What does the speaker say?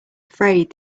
afraid